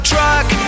Truck